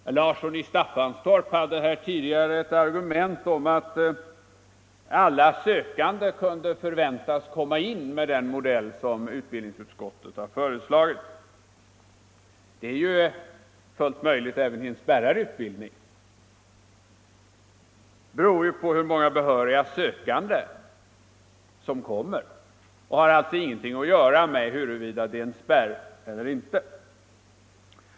Herr Larsson i Staffanstorp hade här tidigare ett argument om att alla sökande kunde förväntas komma in med den modell som utbildningsutskottet har föreslagit. Det är fullt möjligt även vid en spärrad utbildning. Det beror ju på hur många behöriga sökande som anmäler sig och har alltså ingenting att göra med huruvida det är en spärr eller inte.